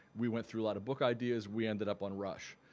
we went through a lot of book ideas. we ended up on rush.